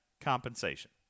compensation